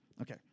Okay